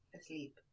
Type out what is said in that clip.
asleep